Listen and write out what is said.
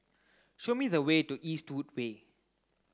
show me the way to Eastwood Way